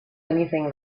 anything